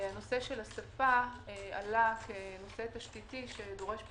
הנושא של השפה עלה כנושא תשתיתי שדורש פתרון.